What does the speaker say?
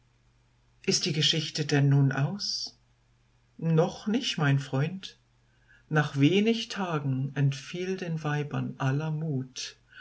ist die geschichte denn nun aus noch nicht mein freund nach wenig tagen entfiel den weibern aller mut